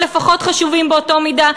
או לפחות חשובים באותה מידה,